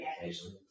occasionally